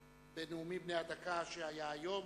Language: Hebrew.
בנאומים בני הדקה שהיו היום.